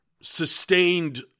sustained